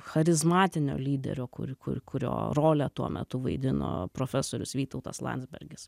charizmatinio lyderio kur kur kurio rolę tuo metu vaidino profesorius vytautas landsbergis